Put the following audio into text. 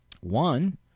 One